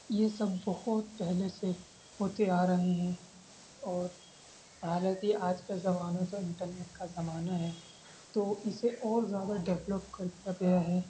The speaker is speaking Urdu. یہ سب بہت پہلے سے ہوتے آ رہے ہیں اور حالانکہ آج کا زمانہ تو انٹرنیٹ کا زمانہ ہے تو اسے اور زیادہ ڈیولپ کر دیا گیا ہے